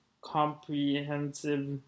comprehensive